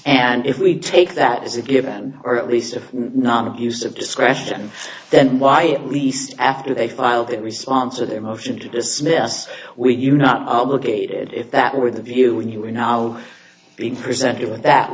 and if we take that is a given or at least not abuse of discretion then why it least after they filed a response or their motion to dismiss we you're not obligated if that were the view when you are now being presented with that